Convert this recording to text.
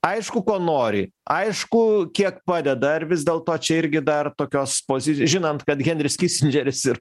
aišku ko nori aišku kiek padeda ar vis dėlto čia irgi dar tokios pozi žinant kad henris kisindžeris ir